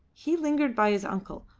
he lingered by his uncle,